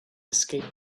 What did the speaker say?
escape